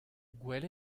gwell